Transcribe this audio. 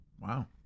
Wow